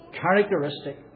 characteristic